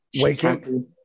Waking